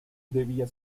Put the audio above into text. debía